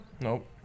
nope